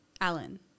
Alan